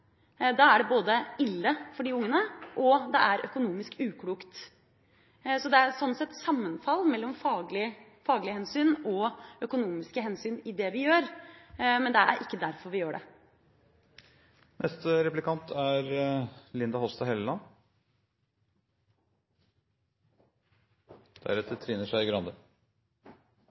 Da er det både ille for de ungene og økonomisk uklokt. Sånn sett er det sammenfall mellom faglige hensyn og økonomiske hensyn i det vi gjør, men det er ikke derfor vi gjør det. SV er